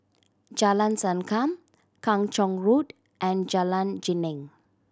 Jalan Sankam Kung Chong Road and Jalan Geneng